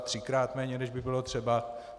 Třikrát méně, než by bylo třeba?